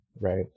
right